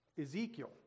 Ezekiel